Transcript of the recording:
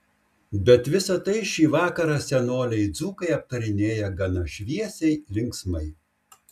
bet visa tai šį vakarą senoliai dzūkai aptarinėja gana šviesiai linksmai